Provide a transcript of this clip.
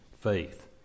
faith